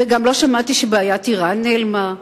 וגם לא על כך שבעיית אירן נעלמה,